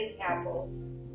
apples